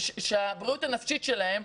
כך היינו מועילים לבריאות הנפשית שלהם,